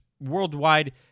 worldwide